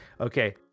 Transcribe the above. okay